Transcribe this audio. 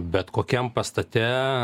bet kokiam pastate